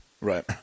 Right